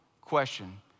question